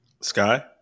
Sky